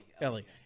Ellie